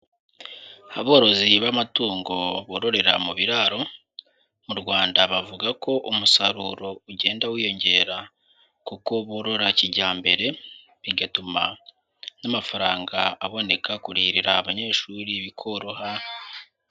Aborozi b'amatungo bororera mu biraro mu Rwanda, bavuga ko umusaruro ugenda wiyongera kuko borora kijyambere, bigatuma n'amafaranga aboneka, kurihirira abanyeshuri bikoroha.